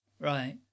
Right